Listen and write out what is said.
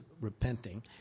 repenting